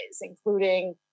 including